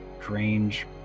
strange